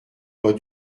pas